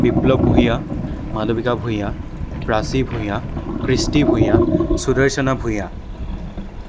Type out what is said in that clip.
Biplab Bhuyan Malabika Bhuyan Prachi Bhuyan Krishti Bhuyan Sudarshana Bhuyan